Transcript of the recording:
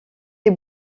des